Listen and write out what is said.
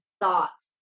thoughts